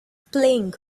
playing